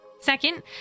Second